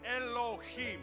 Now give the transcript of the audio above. Elohim